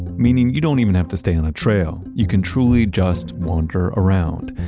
meaning you don't even have to stay on a trail, you can truly just wander around.